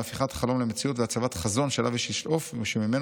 בהפיכת חלום למציאות והצבת חזון שאליו יש לשאוף ושממנו